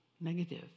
negative